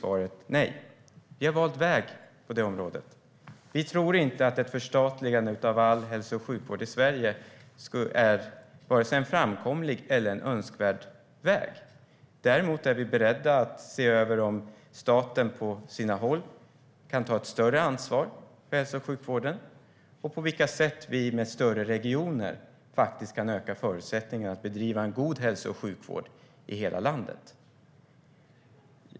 Vi har valt väg på det området: Vi tror inte att ett förstatligande av all hälso och sjukvård i Sverige är en vare sig framkomlig eller önskvärd väg. Däremot är vi beredda att se över om staten på sina håll kan ta ett större ansvar för hälso och sjukvården och på vilka sätt vi med större regioner faktiskt kan öka förutsättningarna att bedriva en god hälso och sjukvård i hela landet.